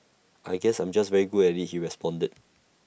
I guess I'm just very good at the he responded